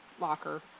locker